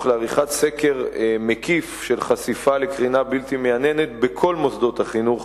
לעריכת סקר מקיף של חשיפה לקרינה בלתי מייננת בכל מוסדות החינוך